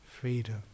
freedom